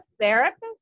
therapist